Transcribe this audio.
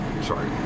sorry